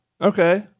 Okay